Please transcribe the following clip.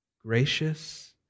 Gracious